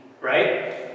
Right